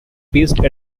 based